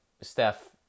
Steph